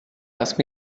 ask